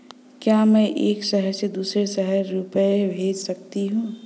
क्या मैं एक शहर से दूसरे शहर रुपये भेज सकती हूँ?